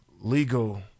legal